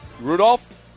Rudolph